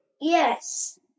Yes